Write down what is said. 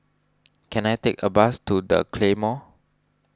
can I take a bus to the Claymore